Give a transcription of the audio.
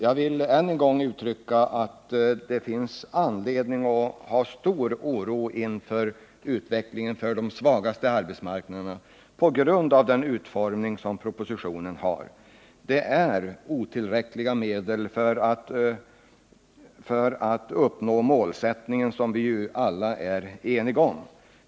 Jag vill än en gång ge uttryck åt uppfattningen att det finns ar.ledning att hysa stor oro inför utvecklingen för de svagaste arbetsmarknaderna på grund av den utformning som propositionen har. Det är otillräckliga medel för att uppnå den målsättning som vi alla är eniga om.